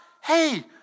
hey